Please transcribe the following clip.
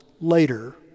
later